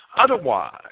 Otherwise